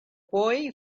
boy